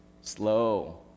slow